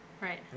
Right